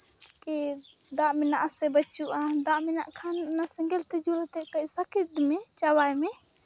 ᱠᱤ ᱫᱟᱜ ᱢᱮᱱᱟᱜ ᱟᱥᱮ ᱵᱟᱹᱪᱩᱜᱼᱟ ᱫᱟᱜ ᱢᱮᱱᱟᱜ ᱠᱷᱟᱱ ᱚᱱᱟ ᱥᱮᱸᱜᱮᱞ ᱛᱮ ᱡᱩᱞ ᱠᱟᱛᱮᱫ ᱠᱟᱹᱡ ᱥᱟᱹᱠᱤᱛ ᱢᱮ ᱪᱟᱵᱟᱭ ᱢᱮ